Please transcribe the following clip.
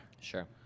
Sure